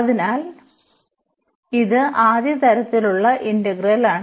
അതിനാൽ ഇത് ആദ്യ തരത്തിലുള്ള ഇന്റഗ്രലാണ്